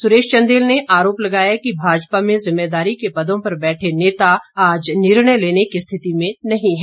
सुरेश चन्देल ने आरोप लगाया कि भाजपा में जिम्मेदारी के पदों पर बैठे नेता आज निर्णय लेने की स्थिति में नही है